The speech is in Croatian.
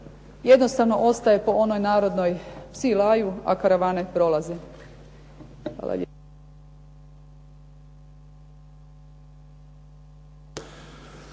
Jednostavno ostaje po onoj narodnoj: "Psi laju a karavane prolaze!".